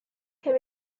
can